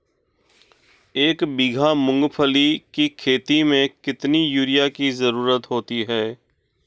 एक बीघा मूंगफली की खेती में कितनी यूरिया की ज़रुरत होती है?